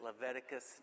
Leviticus